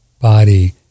body